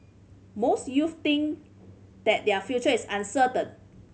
most youths think that their future is uncertain